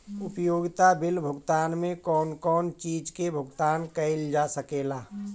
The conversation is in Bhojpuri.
उपयोगिता बिल भुगतान में कौन कौन चीज के भुगतान कइल जा सके ला?